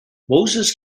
moses